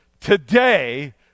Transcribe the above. Today